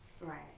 Right